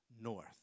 north